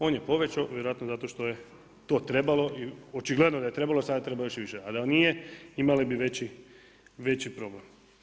On je povećao vjerojatno zato što je to trebalo i očigledno da je trebalo i sada treba još više, a da nije imali bi veći problem.